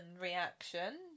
reaction